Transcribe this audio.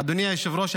אדוני היושב-ראש,